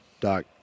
Doc